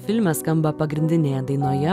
filme skamba pagrindinėje dainoje